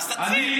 אז תתחיל.